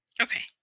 Okay